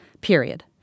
period